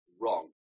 wrong